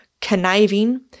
conniving